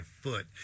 foot